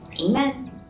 Amen